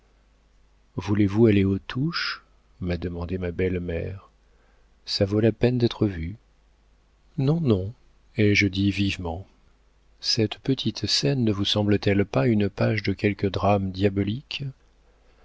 voulez-vous aller aux touches m'a demandé ma belle-mère ça vaut la peine d'être vu non non ai-je dit vivement cette petite scène ne vous semble t elle pas une page de quelque drame diabolique